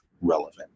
relevant